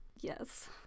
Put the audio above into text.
Yes